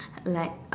like